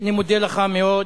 אני מודה לך מאוד.